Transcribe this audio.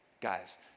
guys